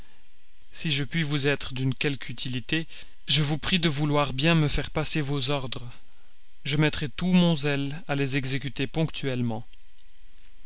si je puis vous être de quelque utilité je vous prie de vouloir bien me faire passer vos ordres je mettrai tout mon zèle à les exécuter ponctuellement